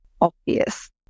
obvious